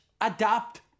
Adapt